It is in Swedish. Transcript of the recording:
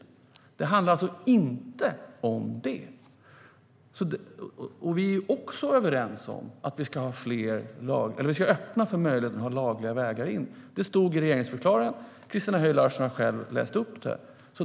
Det handlar alltså inte om det. Vi är också överens om att vi ska öppna för möjligheten att ha lagliga vägar in. Det stod i regeringsförklaringen, och Christina Höj Larsen har själv läst upp det.